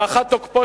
עוד פעם קדימה.